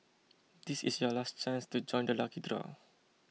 this is your last chance to join the lucky draw